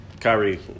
Kyrie